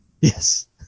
yes